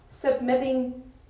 submitting